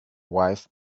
wife